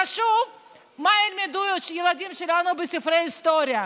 חשוב מה ילמדו הילדים שלנו בספרי ההיסטוריה.